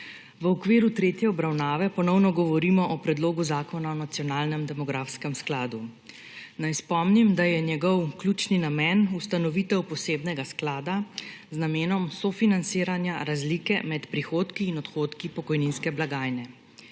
V okviru tretje obravnava ponovno govorimo o Predlogu zakona o nacionalnem demografskem skladu. Naj spomnim, da je njegov ključni namen ustanovitev posebnega sklada z namenom sofinanciranja razlike med prihodki in odhodki pokojninske blagajne.